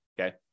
Okay